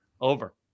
over